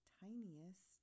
tiniest